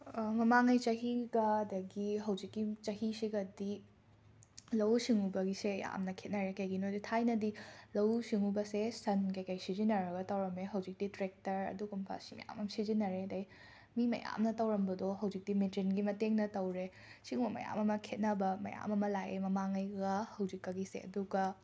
ꯃꯃꯥꯡꯉꯩ ꯆꯍꯤꯒ ꯑꯗꯒꯤ ꯍꯧꯖꯤꯛꯀꯤ ꯆꯍꯤꯁꯤꯒꯗꯤ ꯂꯧꯎ ꯁꯤꯡꯎꯕꯒꯤꯁꯦ ꯌꯥꯝꯅ ꯈꯦꯠꯅꯔꯦ ꯀꯩꯒꯤꯅꯣꯗꯤ ꯊꯥꯏꯅꯗꯤ ꯂꯧꯎ ꯁꯤꯡꯎꯕꯁꯦ ꯁꯟ ꯀꯩ ꯀꯩ ꯁꯤꯖꯤꯟꯅꯔꯒ ꯇꯧꯔꯝꯃꯦ ꯍꯧꯖꯤꯛꯇꯤ ꯇ꯭ꯔꯦꯛꯇꯔ ꯑꯗꯨꯒꯨꯝꯕ ꯁꯤ ꯃꯌꯥꯥꯝ ꯑꯃ ꯁꯤꯖꯤꯟꯅꯔꯦ ꯑꯗꯒꯤ ꯃꯤ ꯃꯌꯥꯝꯅ ꯇꯧꯔꯝꯕꯗꯣ ꯍꯧꯖꯤꯛꯇꯤ ꯃꯦꯆꯤꯟꯒꯤ ꯃꯇꯦꯡꯅ ꯇꯧꯔꯦ ꯁꯤꯒꯨꯝꯕ ꯃꯌꯥꯝ ꯑꯃ ꯈꯦꯠꯅꯕ ꯃꯌꯥꯝ ꯑꯃ ꯂꯥꯛꯑꯦ ꯃꯃꯥꯡꯉꯩꯒ ꯍꯧꯖꯤꯛꯀꯒꯤꯁꯦ ꯑꯗꯨꯒ